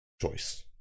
choice